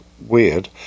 weird